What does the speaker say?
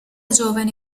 giovane